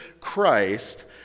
Christ